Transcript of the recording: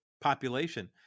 population